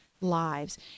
lives